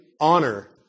honor